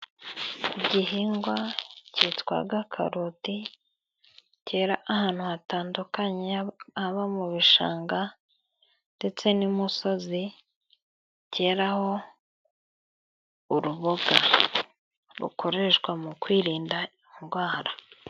Igihingwa cyitwa karoti, cyera ahantu hatandukanye, haba mu bishanga ndetse n'imusozi, cyeraho uruboga rukoreshwa mu kwirinda indwara.